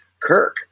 Kirk